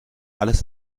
alles